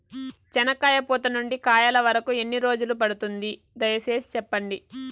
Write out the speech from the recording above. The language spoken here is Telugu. చెనక్కాయ పూత నుండి కాయల వరకు ఎన్ని రోజులు పడుతుంది? దయ సేసి చెప్పండి?